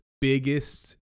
biggest